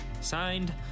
Signed